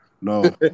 No